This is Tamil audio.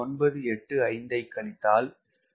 985ஐ கழித்தால் 1 minus 0